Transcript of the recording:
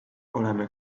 oleme